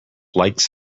likes